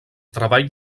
treball